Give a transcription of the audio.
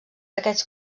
aquests